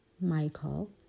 Michael